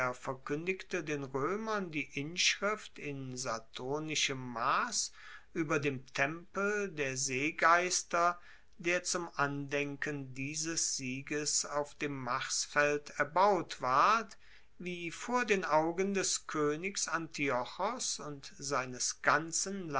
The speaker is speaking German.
verkuendigte den roemern die inschrift in saturnischem mass ueber dem tempel der seegeister der zum andenken dieses sieges auf dem marsfeld erbaut ward wie vor den augen des koenigs antiochos und seines ganzen